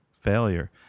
failure